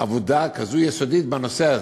עבודה כזו יסודית בנושא הזה.